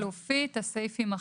הסעיף, יימחק.